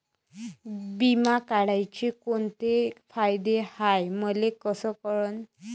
बिमा काढाचे कोंते फायदे हाय मले कस कळन?